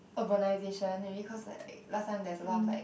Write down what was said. urbanization maybe cause like last time there's a lot of like